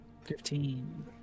Fifteen